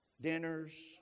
dinners